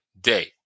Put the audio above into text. day